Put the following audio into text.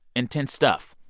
intense stuff.